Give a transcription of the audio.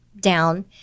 down